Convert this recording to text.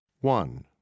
One